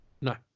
No